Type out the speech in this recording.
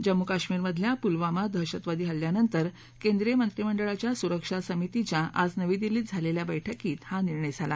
जम्मू काश्मीरमधल्या पुलवमा दहशतवादी हल्ल्यानंतर केंद्रीय मंत्रिमंडळाच्या सुरक्षा समितीच्या आज नवी दिल्लीत झालेल्या बैठकीत हा निर्णय झाला